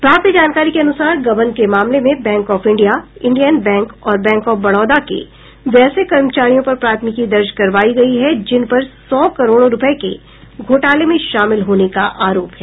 प्राप्त जानकारी के अनुसार गबन के मामले में bank of India Indian bank और बैंक ऑफ बड़ौदा के वैसे कर्मचारियों पर प्राथमिकी दर्ज करवायी गयी है जिनपर सौ करोड़ रूपये के घोटाले में शामिल होने का आरोप है